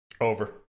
Over